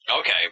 Okay